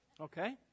Okay